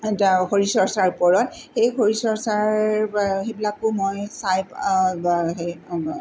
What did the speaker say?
শৰীৰ চৰ্চাৰ ওপৰত সেই শৰীৰ চৰ্চাৰ সেইবিলাকো মই চাই